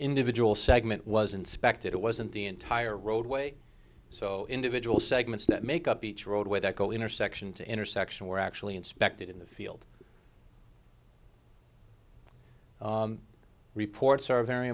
individual segment was inspected it wasn't the entire roadway so individual segments that make up each roadway that go intersection to intersection were actually inspected in the field reports are a very